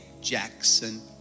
Jackson